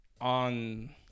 on